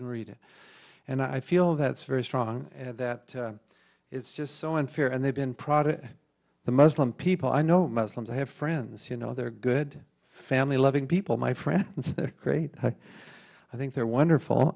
can read it and i feel that's very strong and that it's just so unfair and they've been proud of the muslim people i know muslims i have friends you know they're good family loving people my friends they're great i think they're wonderful